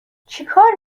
چیکار